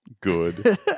Good